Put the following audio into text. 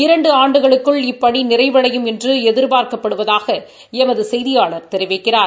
இரண்டு ஆண்டுகளுக்குள் இப்பணி நிறைவடையும் என்று எதிர்பார்ப்பதாக எமது செய்தியாளர் தெரிவிக்கிறார்